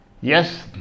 yes